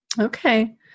Okay